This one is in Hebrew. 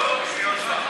לא מגיב?